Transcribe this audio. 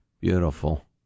Beautiful